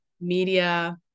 Media